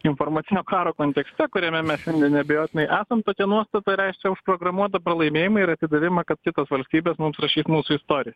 informacinio karo kontekste kuriame mes šiandien neabejotinai esam tokia nuostata yra užprogramuota pralaimėjimui ir atidavimą kad kitos valstybės mums rašys mūsų istoriją